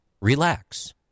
relax